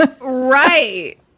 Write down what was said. right